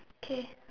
okay